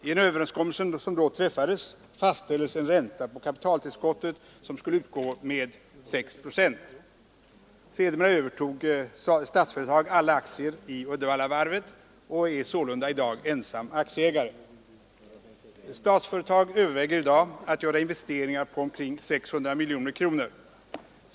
I den överenskommelse som då träffades fastställdes att ränta på kapitaltillskottet skulle utgå med 6 procent. Sedermera övertog Statsföretag alla aktier i Uddevallavarvet och är sålunda i dag ensam aktieägare. Statsföretag överväger att göra investeringar på omkring 600 miljoner kronor.